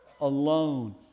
alone